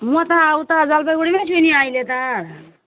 म त उता जलपाइगुडीमै छु नि अहिले त